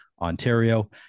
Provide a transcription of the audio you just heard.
Ontario